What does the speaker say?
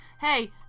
Hey